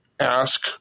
ask